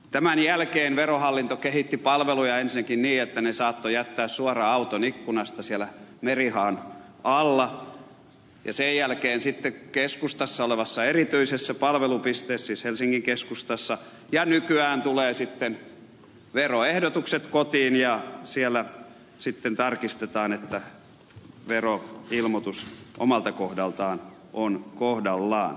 tämän jälkeen verohallinto kehitti palveluja ensinnäkin niin että ilmoitukset saattoi jättää suoraan auton ikkunasta siellä merihaan alla ja sen jälkeen helsingin keskustassa olevassa erityisessä palvelupisteessä ja nykyään tulevat veroehdotukset kotiin ja siellä sitten tarkistetaan että veroilmoitus omalta kohdalta on kohdallaan